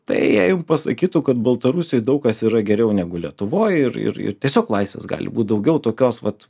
tai jei jum pasakytų kad baltarusijoj daug kas yra geriau negu lietuvoj ir ir ir tiesiog laisvės gali būt daugiau tokios vat